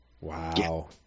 Wow